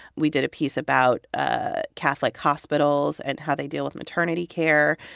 we did a piece about ah catholic hospitals and how they deal with maternity care,